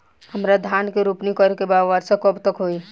हमरा धान के रोपनी करे के बा वर्षा कब तक होई?